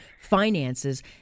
finances